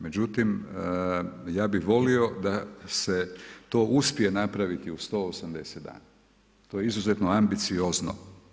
Međutim ja bih volio da se uspije napraviti u 180 dana, to je izuzetno ambiciozno.